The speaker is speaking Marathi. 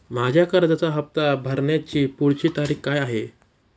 माझ्या कर्जाचा हफ्ता भरण्याची पुढची तारीख काय आहे?